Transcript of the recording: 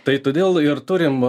tai todėl ir turim